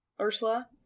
ursula